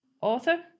author